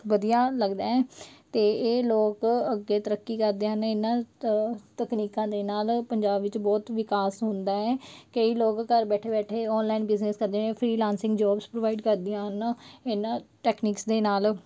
ਵਧੀਆ ਲੱਗਦਾ ਅਤੇ ਇਹ ਲੋਕ ਅੱਗੇ ਤਰੱਕੀ ਕਰਦੇ ਹਨ ਇਹਨਾਂ ਤ ਤਕਨੀਕਾਂ ਦੇ ਨਾਲ ਪੰਜਾਬ ਵਿੱਚ ਬਹੁਤ ਵਿਕਾਸ ਹੁੰਦਾ ਹੈ ਕਈ ਲੋਕ ਘਰ ਬੈਠੇ ਬੈਠੇ ਔਨਲਾਈਨ ਬਿਜ਼ਨਸ ਕਰਦੇ ਨੇ ਫ੍ਰੀਲਾਂਸਿੰਗ ਜੋਬਸ ਪ੍ਰੋਵਾਈਡ ਕਰਦੀਆਂ ਹਨ ਇਹਨਾਂ ਟੈਕਨੀਕਸ ਦੇ ਨਾਲ